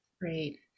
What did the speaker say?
Great